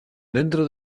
dentro